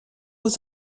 aux